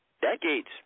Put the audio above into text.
decades